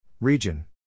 Region